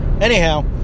anyhow